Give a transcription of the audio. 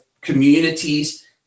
communities